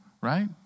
right